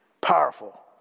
Powerful